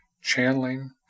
channeling